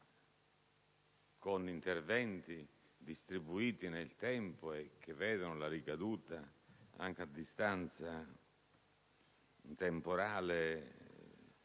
con interventi distribuiti nel tempo e che vedono una ricaduta anche a distanza temporale